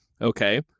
Okay